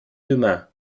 d’humain